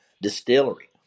distillery